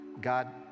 God